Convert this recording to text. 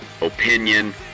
opinion